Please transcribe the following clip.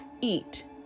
eat